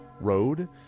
road